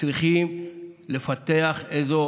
צריכים לפתח איזו